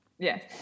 Yes